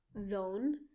Zone